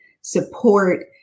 support